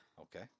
Okay